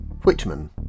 Whitman